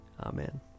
Amen